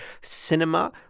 cinema